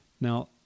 Now